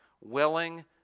Willing